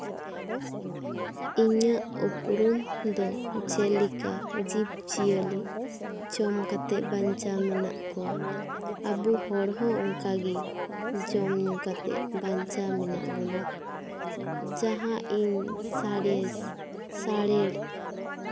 ᱤᱧᱟᱹᱜ ᱩᱯᱩᱨᱩᱢ ᱫᱚ ᱡᱮᱞᱮᱠᱟ ᱡᱤᱵᱽᱡᱤᱭᱟᱹᱞᱤ ᱡᱚᱢ ᱠᱟᱛᱮ ᱵᱟᱧᱪᱟᱣ ᱢᱮᱱᱟᱜ ᱠᱚᱣᱟ ᱟᱵᱚ ᱦᱚᱲ ᱦᱚᱸ ᱚᱱᱠᱟ ᱜᱮ ᱡᱚᱢᱼᱧᱩ ᱠᱟᱛᱮ ᱵᱟᱧᱪᱟᱣ ᱢᱮᱱᱟᱜ ᱵᱚᱱᱟ ᱡᱟᱦᱟᱸ ᱤᱧ ᱥᱟᱬᱮᱥ ᱥᱟᱨᱮᱲ